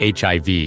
HIV